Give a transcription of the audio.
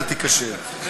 אתה תיכשל,